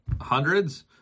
hundreds